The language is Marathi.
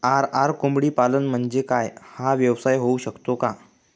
आर.आर कोंबडीपालन म्हणजे काय? हा व्यवसाय होऊ शकतो का?